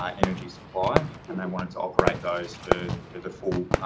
um energy supply and they want it to operate those for, for the full, ah,